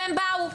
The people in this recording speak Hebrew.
והם באו.